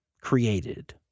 created